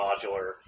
modular